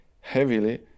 heavily